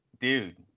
dude